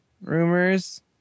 rumors